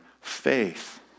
faith